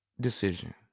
Decision